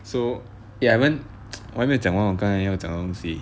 so ya I went 我还没有讲完我刚才要讲的东西